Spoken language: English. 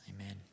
amen